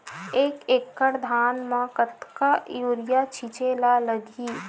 एक एकड़ धान में कतका यूरिया छिंचे ला लगही?